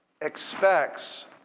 expects